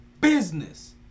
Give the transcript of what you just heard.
business